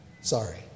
Sorry